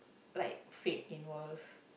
like fate involve